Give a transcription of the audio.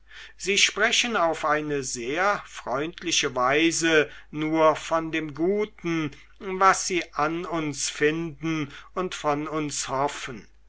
sie sprechen auf eine sehr freundliche weise nur von dem guten was sie an uns finden und von uns hoffen